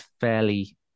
fairly